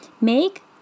make